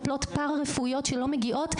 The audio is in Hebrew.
שלא מגיעות,